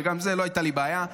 לא הייתה לי בעיה.